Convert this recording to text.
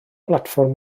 blatfform